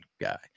guy